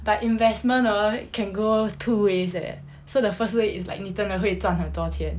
but investment orh can go two ways eh so the first way it's like 你真的会赚很多钱